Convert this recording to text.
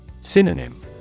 Synonym